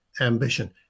ambition